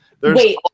Wait